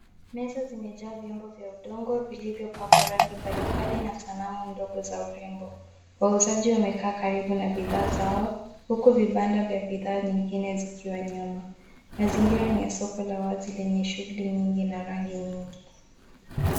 Meza zimejaa vyombo vya udongo vilivyopakwa rangi mbali mbali na sanamu ndogo za urembo wauzaji wamekaa karibu na bidhaa zao huku vibanda vya bidhaa nyingine zikiwa nyuma mazingira ni ya soko la wazi lenye shughuli nyingi na rangi nyingi